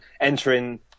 entering